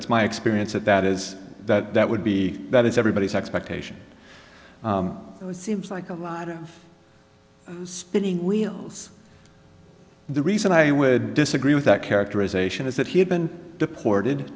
it's my experience that that is that that would be that is everybody's expectation seems like a lot of spinning wheels the reason i would disagree with that characterization is that he had been deported